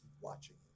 watching